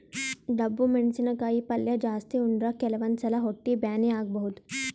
ಡಬ್ಬು ಮೆಣಸಿನಕಾಯಿ ಪಲ್ಯ ಜಾಸ್ತಿ ಉಂಡ್ರ ಕೆಲವಂದ್ ಸಲಾ ಹೊಟ್ಟಿ ಬ್ಯಾನಿ ಆಗಬಹುದ್